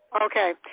Okay